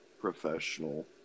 professional